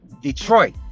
Detroit